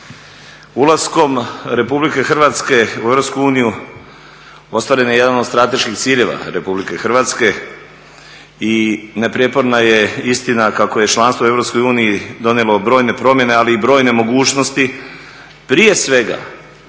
Ulaskom Republike Hrvatske u EU ostvaren je jedan od strateških ciljeva Republike Hrvatske i neprijeporna je istina kako je članstvo u EU donijelo brojne promjene, ali i brojne mogućnosti prije svega